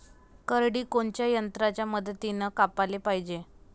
करडी कोनच्या यंत्राच्या मदतीनं कापाले पायजे?